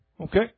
Okay